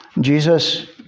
Jesus